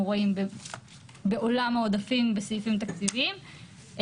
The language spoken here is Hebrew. רואים בעולם העודפים בסעיפים תקציביים,